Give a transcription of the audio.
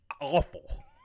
awful